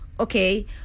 Okay